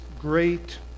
great